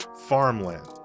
farmland